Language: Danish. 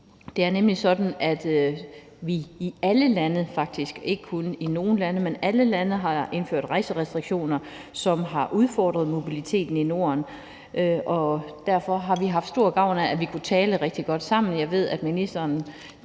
Det er nemlig sådan, at vi ikke kun i nogle lande, men faktisk i alle lande har indført rejserestriktioner, som har udfordret mobiliteten i Norden, og derfor har vi haft stor gavn af, at vi har kunnet tale rigtig godt sammen. Jeg ved, at ministeren